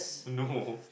no